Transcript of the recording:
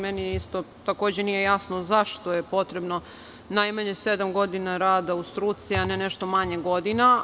Meni takođe nije jasno zašto je potrebno najmanje sedam godina rada u struci, a ne nešto manje godina.